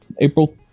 April